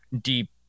deep